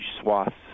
swaths